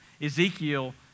Ezekiel